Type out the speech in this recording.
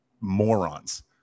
morons